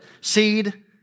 Seed